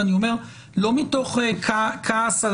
ואני אומר לא מתוך כעס,